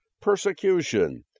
persecution